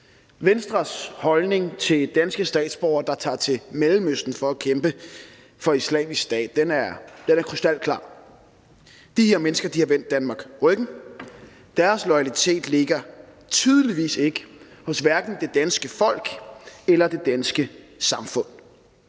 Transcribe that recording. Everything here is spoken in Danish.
Venstres holdning til danske statsborgere, der tager til Mellemøsten for at kæmpe for Islamisk Stat, er krystalklar: De her mennesker har vendt Danmark ryggen, og deres loyalitet ligger tydeligvis hverken hos det danske folk eller det danske samfund.